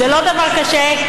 זה לא דבר קשה.